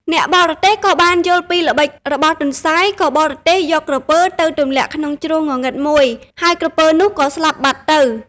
អ្នកបរទេះក៏បានយល់ពីល្បិចរបស់ទន្សាយ ក៏បរទេះយកក្រពើទៅទម្លាក់ក្នុងជ្រោះងងឹតមួយ ហើយក្រពើនោះក៏ស្លាប់បាត់ទៅ។